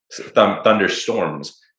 thunderstorms